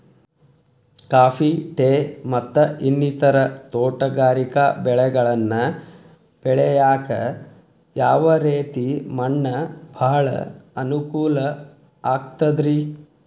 Coffee, tea, ಮತ್ತ ಇನ್ನಿತರ ತೋಟಗಾರಿಕಾ ಬೆಳೆಗಳನ್ನ ಬೆಳೆಯಾಕ ಯಾವ ರೇತಿ ಮಣ್ಣ ಭಾಳ ಅನುಕೂಲ ಆಕ್ತದ್ರಿ?